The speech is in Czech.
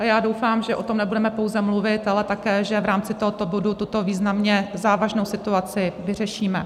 A já doufám, že o tom nebudeme pouze mluvit, ale také že v rámci tohoto bodu tuto významně závažnou situaci vyřešíme.